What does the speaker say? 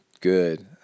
good